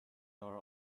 are